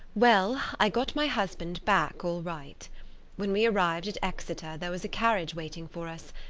well, i got my husband back all right when we arrived at exeter there was a carriage waiting for us,